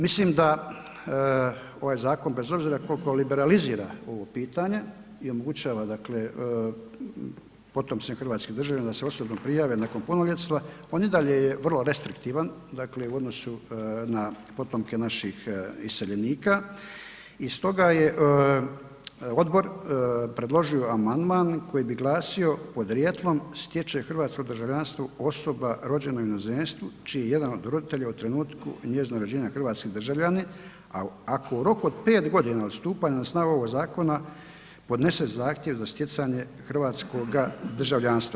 Mislim da ovaj zakon bez obzira koliko liberalizira ovo pitanje i omogućava dakle potomcima hrvatskih državljana da se osobno prijave nakon punoljetstva, on i dalje je vrlo restriktivan dakle u odnosu na potomke naših iseljenika i stoga je odbor predložio amandman koji bi glasio: Podrijetlom stječe hrvatskog državljanstvo osoba rođena u inozemstvu čiji je jedan od roditelja u trenutku njezina rođenja hrvatski državljanin, a ako u roku od 5 godina od stupanja na snagu ovoga zakona podnese zahtjev za stjecanje hrvatskoga državljanstva.